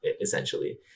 essentially